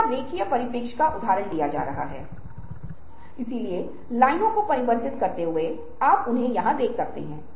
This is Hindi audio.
ये पश्चिमी देशों के निष्कर्ष हैं